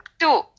Two